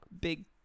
big